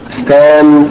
stand